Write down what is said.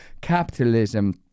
capitalism